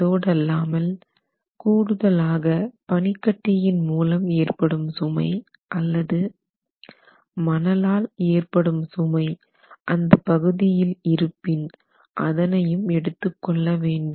அதோடு அல்லாமல் கூடுதலாக பனிக்கட்டியின் மூலம் ஏற்படும் சுமை அல்லது மணலால் ஏற்படும் சுமை அந்த பகுதியில் இருப்பின் அதனையும் எடுத்துக்கொள்ளவேண்டும்